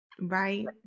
Right